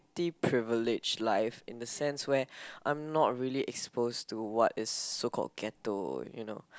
~tty privileged life in the sense where I'm not really exposed to what is so called ghetto you know